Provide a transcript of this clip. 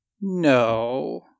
No